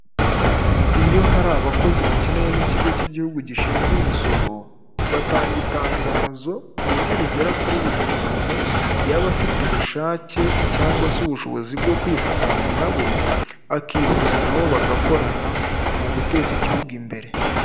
Iyo hari abakozi bakenewe n'ikigo cy'igihugu gishinzwe imisoro, batanga itangazo ku buryo rigera kuri buri muntu, yaba afite ubushake cyangwa se ubushobozi bwo kwifatanya na bo, akihuza na bo bagakorana mu guteza igihugu imbere.